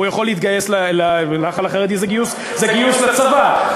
זה גיוס לצבא,